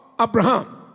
Abraham